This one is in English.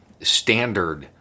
standard